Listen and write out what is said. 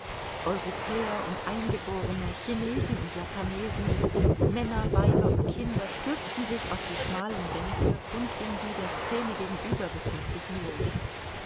europäer und eingeborene chinesen und japanesen männer weiber und kinder stürzten sich auf die schmalen bänke und in die der scene gegenüber befindlichen logen